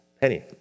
penny